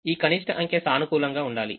ఈ కనిష్ట అంకె పాజిటివ్ ఉండాలి